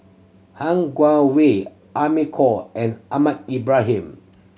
Han Guangwei Amy Khor and Ahmad Ibrahim